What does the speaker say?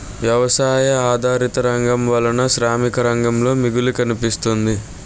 వ్యవసాయ ఆధారిత రంగం వలన శ్రామిక రంగంలో మిగులు కనిపిస్తుంది